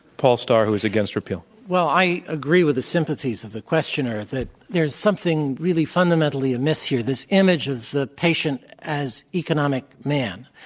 paul starr who is against repeal. well, i agree with the sympathies of the questioner that there's something really fundamentally amiss here, this image of the patient as economic man.